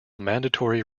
mandatory